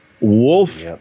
wolf